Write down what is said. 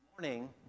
morning